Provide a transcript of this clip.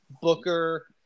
Booker